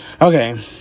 Okay